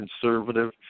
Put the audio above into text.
conservative